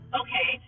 okay